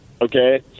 okay